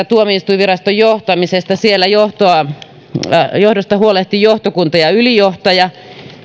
tuomioistuinviraston johtamisesta siellä johdosta huolehtivat johtokunta ja ylijohtaja